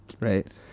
right